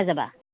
কিমান দিম